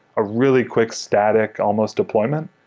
a really quick static almost deployment,